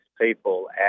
people